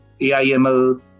AIML